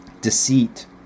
deceit